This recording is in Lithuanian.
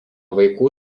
vaikų